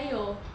还有